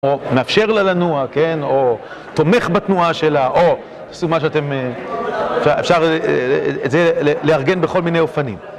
או מאפשר לה לנוע, כן, או תומך בתנועה שלה, או עשו מה שאתם... אפשר את זה לארגן בכל מיני אופנים.